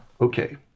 okay